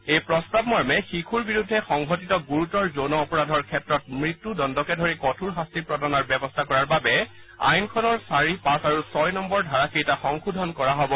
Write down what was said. এই প্ৰস্তানমৰ্মে শিশুৰ বিৰুদ্ধে সংঘটিত গুৰুতৰ যৌন অপৰাধৰ ক্ষেত্ৰত মৃত্যুদণ্ডকে ধৰি কঠোৰ শাস্তি প্ৰদানৰ ব্যৱস্থা কৰাৰ বাবে আইনখনৰ চাৰি পাঁচ আৰু ছয় নম্বৰ ধাৰা কেইটা সংশোধন কৰা হব